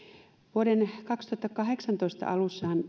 vuoden kaksituhattakahdeksantoista alussa